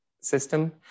system